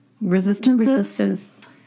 resistance